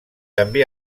també